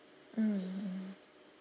mm mm